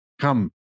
come